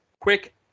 quick